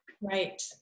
right